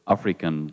African